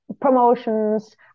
promotions